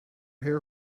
hair